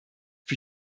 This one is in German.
für